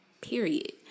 period